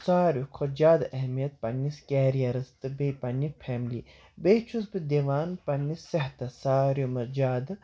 سارِوٕے کھۄتہٕ زیادٕ اہمیت پَنٕنِس کیریَرَس تہٕ بیٚیہِ پنٕنہِ فیملی بیٚیہِ چھُس بہٕ دِوان پنٕنِس صحتَس ساروِی منٛز زیادٕ